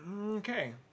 Okay